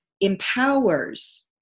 empowers